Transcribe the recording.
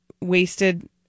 wasted